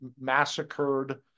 massacred